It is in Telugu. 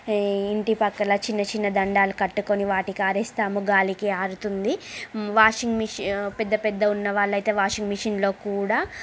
ఇంటి పక్కన చిన్న చిన్న దండాలు కట్టుకుని వాటికి ఆరేస్తాము గాలికి ఆరుతుంది వాషింగ్ మిషన్ పెద్దపెద్ద ఉన్నవాళ్ళు అయితే వాషింగ్ మిషన్లో కూడా